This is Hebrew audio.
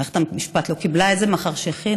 מערכת המשפט לא קיבלה את זה, מאחר שהייתה